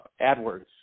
AdWords